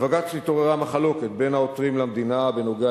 בבג"ץ נתעוררה מחלוקת בין העותרים למדינה בנוגע